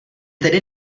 tedy